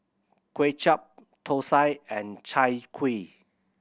Kway Chap thosai and Chai Kuih